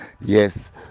yes